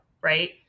Right